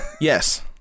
Yes